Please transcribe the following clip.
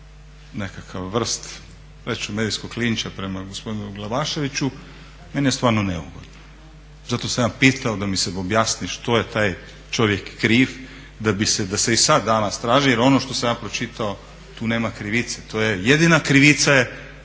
nekakva vrst reći ću medijskog linča prema gospodinu Glavaševiću meni je stvarno neugodno. Zato sam ja pitao da mi se objasni što je taj čovjek kriv da bi se, da se i sad danas traži. Jer ono što sam ja pročitao tu nema krivice. Jedina krivica je